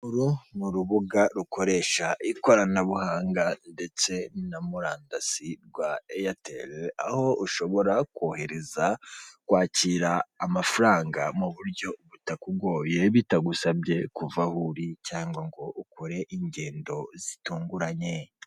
Uru ni rubuga rukoresha ikoranabuhanga ndetse na murandasi rwa eyatele, aho ushobora kohereza, kwakira, amafaranga mu buryo butakugoye, bitagusabye kuva aho uri cyangwa ngo ukore ingendo zitunguranye.